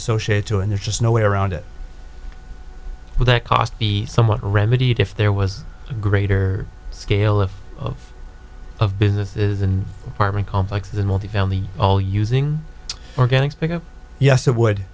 associated too and there's just no way around it but that cost be somewhat remedied if there was a greater scale of of of businesses and apartment complex than multifamily all using organics because yes it would